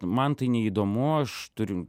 man tai neįdomu aš tur